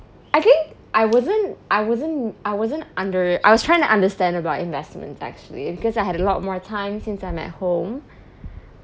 I think I wasn't I wasn't I wasn't under I was trying to understand about investments actually because I had a lot more time since I'm at home